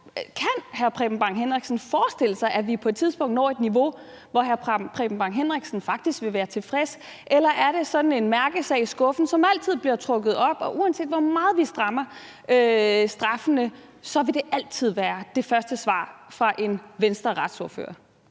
Kan hr. Preben Bang Henriksen forestille sig, at vi på et tidspunkt når et niveau, hvor hr. Preben Bang Henriksen faktisk vil være tilfreds, eller er det sådan en mærkesag i skuffen, som altid bliver trukket op, og uanset hvor meget vi strammer straffene, vil det altid være det første svar fra en Venstreretsordfører?